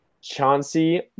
Chauncey